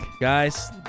Guys